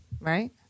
right